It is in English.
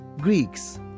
Greeks